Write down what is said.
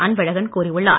அன்பழகன் கூறியுள்ளார்